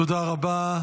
תודה רבה.